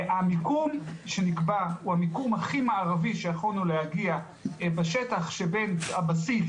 המיקום שנקבע הוא המיקום הכי מערבי שיכולנו להגיע בשטח שבין הבסיס